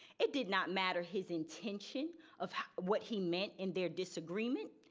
it did not matter his intention of what he meant in their disagreement.